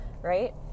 Right